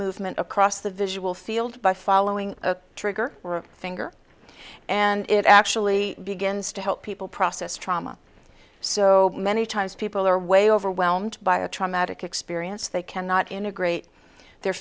movement across the visual field by following a trigger finger and it actually begins to help people process trauma so many times people are way overwhelmed by a traumatic experience they cannot integrate their